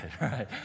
right